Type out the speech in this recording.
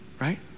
right